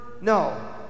no